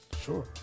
Sure